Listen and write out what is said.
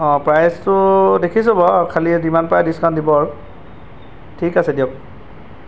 অঁ প্ৰাইজটো দেখিছোঁ বাৰু খালি যিমান পাৰে ডিছকাউণ্ট দিব আৰু ঠিক আছে দিয়ক